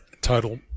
total